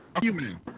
human